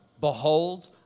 behold